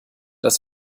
das